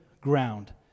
ground